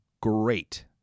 great